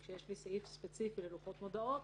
כשיש לי סעיף ספציפי ללוחות מודעות,